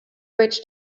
bridge